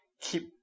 keep